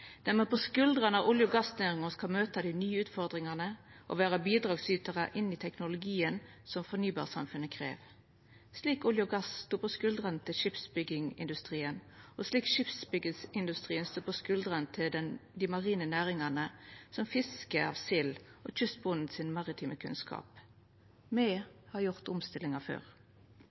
der me på skuldrane til olje- og gassnæringa skal møta dei utfordringane, og vera bidragsytarar inn i teknologien som fornybarsamfunnet krev – slik olje og gass stod på skuldrane til skipsbyggingsindustrien, og slik skipsbyggingsindustrien stod på skuldrane til dei marine næringane som fiske av sild og kystbonden sin maritime kunnskap. Me har gjort omstillingar før.